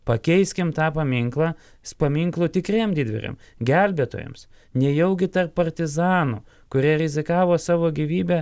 pakeiskim tą paminklą su paminklu tikriems didvyriam gelbėtojams nejaugi tarp partizanų kurie rizikavo savo gyvybe